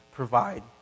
provide